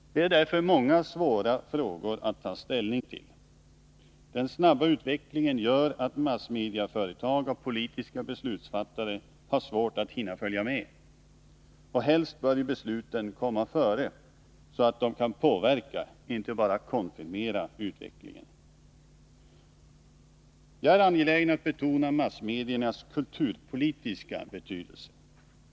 Det finns därför många svåra frågor att ta ställning till. Den snabba utvecklingen gör att massmedieföretag och politiska beslutsfattare har svårt att hinna följa med. Helst bör besluten komma före — så att de kan påverka, inte bara konfirmera utvecklingen. Jag är angelägen att betona massmediernas kulturpolitiska betydelse.